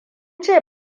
ce